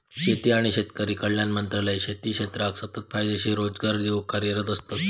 शेती आणि शेतकरी कल्याण मंत्रालय शेती क्षेत्राक सतत फायदेशीर रोजगार देऊक कार्यरत असता